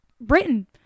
Britain